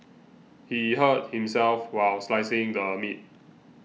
he hurt himself while slicing the meat